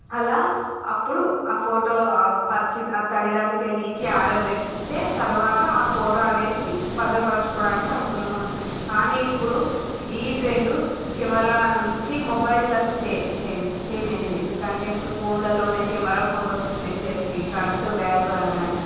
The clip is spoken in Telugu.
అలా అప్పుడు ఆ ఫోటో ఆ పచ్చి ఆ తడి దానిలోకి వెళ్ళి తీసి ఆరబెడితే తర్వాత ఆ ఫోటో అనేది భద్రపరచుకోవడానికి అనుకూలంగా ఉంటుంది కానీ ఇప్పుడు ఈ ట్రెండు కెమెరా నుంచి మొబైల్లకి చేం చేంజ్ అయ్యింది ఎందుకంటే ఇప్పుడు ఫోన్లలోనే కెమెరా ఫోన్లు వస్తున్నాయి సెల్ఫీస్ ఫ్రంట్ బ్యాక్ అనని